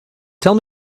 tell